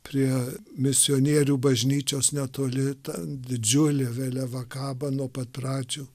prie misionierių bažnyčios netoli ta didžiulė vėliava kaba nuo pat pradžių